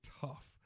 tough